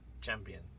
champion